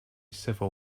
civil